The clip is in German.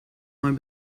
mal